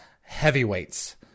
heavyweights